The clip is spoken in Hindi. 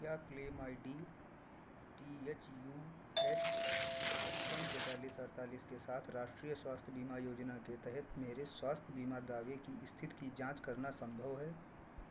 क्या claim I D T H U H पचपन तैँतालिस अड़तालीस के साथ राष्ट्रीय स्वास्थ्य बीमा योजना के तहत मेरे स्वास्थ्य बीमा दावे की स्थिति की जाँच करना संभव है